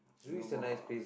Singapore